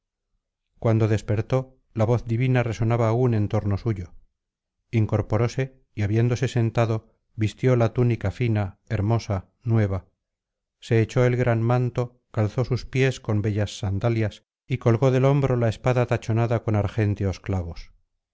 cuando despertó la voz divina resonaba aún en torno suyo incorporóse y habiéndose sentado vistió la túnica fina hermosa nueva se echó el gran manto calzó sus pies con bellas sandalias y colgó del hombro la espada tachonada con argénteos